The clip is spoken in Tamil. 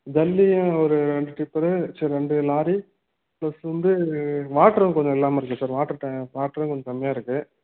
ஜல்லியும் ஒரு ரெண்டு டிப்பரு சி ரெண்டு லாரி பிளஸ் வந்து வாட்டரும் கொஞ்சம் இல்லாமல் இருக்கு சார் வாட்டர் ட வாட்டரும் கொஞ்சம் கம்மியாக இருக்குது